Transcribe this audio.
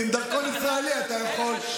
ועם דרכון ישראלי אתה יכול.